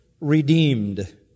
redeemed